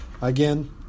again